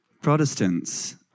Protestants